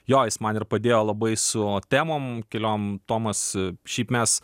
jo jis man ir padėjo labai su temom keliom tomas šiaip mes